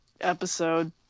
episode